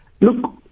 Look